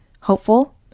hopeful